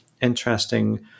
interesting